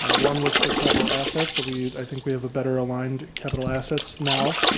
ah one was for capital assets that we i think we have a better aligned capital assets now,